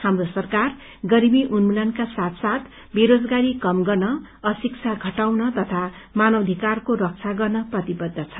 हाम्रो सरकार गरीबी उन्मूलनका साथ साथ बेरोजगारी कम गर्न अशिक्षा घटाउन औ मानवाधिकार तटस्थ राख्न प्रतिबद्ध छ